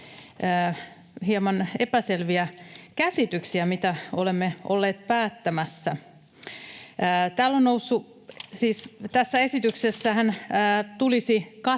hieman epäselviä käsityksiä, mitä olemme olleet päättämässä. Siis tässä esityksessähän tulisi kattohinta